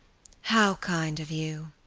how kind of you,